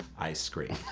i screamed.